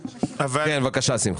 בבקשה.